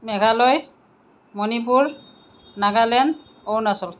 Meghalaya Manipur Nagaland Arunachal